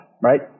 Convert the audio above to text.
right